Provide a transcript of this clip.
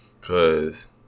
cause